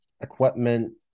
equipment